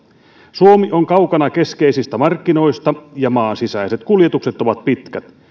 suomi on kaukana keskeisistä markkinoista ja maan sisäiset kuljetukset ovat pitkät